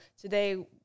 today